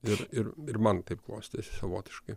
ir ir ir man taip klostėsi savotiškai